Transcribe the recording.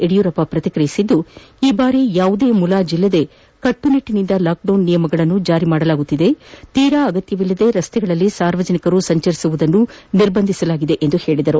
ಯಡಿಯೂರಪ್ಪ ಪ್ರತಿಕ್ರಿಯಿಸಿದ್ದು ಈ ಬಾರಿ ಯಾವುದೇ ಮುಲಾಜಿಲ್ಲದೆ ಕಟ್ಟುನಿಟ್ಟಿನಿಂದ ಲಾಕ್ಡೌನ್ ನಿಯಮಗಳನ್ನು ಜಾರಿ ಮಾಡಲಾಗುತ್ತಿದೆ ತೀರಾ ಅಗತ್ಯವಿಲ್ಲದೆ ರಸ್ತೆಗಳಲ್ಲಿ ಸಾರ್ವಜನಿಕರು ಸಂಚರಿಸುವುದನ್ನು ನಿರ್ಬಂಧಿಸಲಾಗಿದೆ ಎಂದು ಹೇಳಿದರು